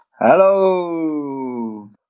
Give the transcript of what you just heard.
Hello